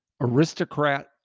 aristocrat